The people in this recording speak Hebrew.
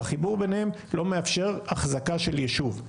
אבל החיבור ביניהם לא מאפשר החזקה של יישוב.